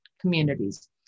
communities